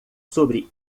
sobre